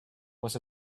was